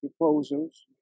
proposals